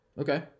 Okay